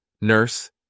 Nurse